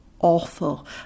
awful